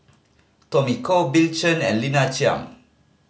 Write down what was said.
Tommy Koh Bill Chen and Lina Chiam